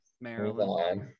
Maryland